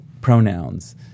Pronouns